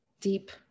deep